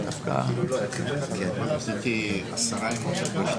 זה דומה מאוד לכתב אישום.